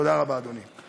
תודה רבה, אדוני.